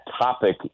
topic